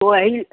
वही